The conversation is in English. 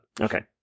okay